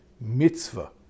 mitzvah